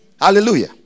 Hallelujah